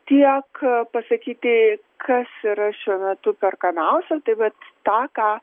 tiek pasakyti kas yra šiuo metu perkamiausia bet tą ką